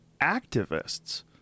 activists